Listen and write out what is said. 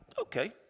okay